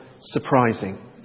surprising